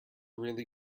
really